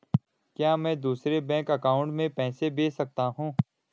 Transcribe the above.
क्या मैं दूसरे बैंक अकाउंट में पैसे भेज सकता हूँ?